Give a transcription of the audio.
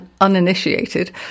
uninitiated